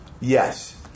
Yes